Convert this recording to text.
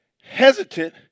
hesitant